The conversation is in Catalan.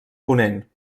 ponent